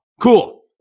Cool